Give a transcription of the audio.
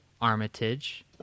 Armitage